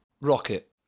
Rocket